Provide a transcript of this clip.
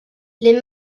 les